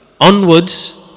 onwards